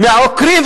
עוקרים,